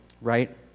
right